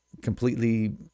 completely